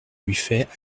buffet